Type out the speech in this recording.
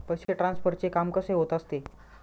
पैसे ट्रान्सफरचे काम कसे होत असते?